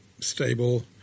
stable